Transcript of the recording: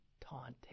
taunting